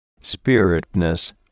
Spiritness